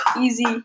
easy